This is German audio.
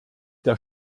der